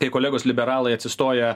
kai kolegos liberalai atsistoję